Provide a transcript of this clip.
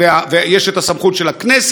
את הסמכות של הכנסת,